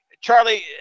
Charlie